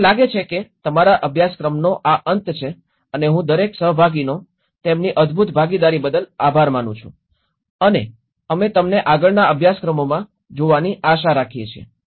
મને લાગે છે કે તે અમારા અભ્યાસક્રમનો અંત છે અને હું દરેક સહભાગીનો તેમની અદભૂત ભાગીદારી બદલ આભાર માનું છું અને અમે તમને આગળના અભ્યાસક્રમોમાં જોવાની આશા રાખીએ છીએ